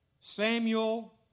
Samuel